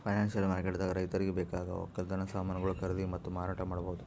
financial ಮಾರ್ಕೆಟ್ದಾಗ್ ರೈತರಿಗ್ ಬೇಕಾಗವ್ ವಕ್ಕಲತನ್ ಸಮಾನ್ಗೊಳು ಖರೀದಿ ಮತ್ತ್ ಮಾರಾಟ್ ಮಾಡ್ಬಹುದ್